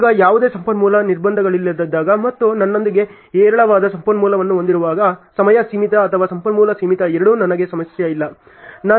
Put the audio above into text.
ಈಗ ಯಾವುದೇ ಸಂಪನ್ಮೂಲ ನಿರ್ಬಂಧಗಳಿಲ್ಲದಿದ್ದಾಗ ಮತ್ತು ನನ್ನೊಂದಿಗೆ ಹೇರಳವಾದ ಸಂಪನ್ಮೂಲವನ್ನು ಹೊಂದಿರುವಾಗ ಸಮಯ ಸೀಮಿತ ಅಥವಾ ಸಂಪನ್ಮೂಲ ಸೀಮಿತ ಎರಡೂ ನನಗೆ ಸಮಸ್ಯೆಯಲ್ಲ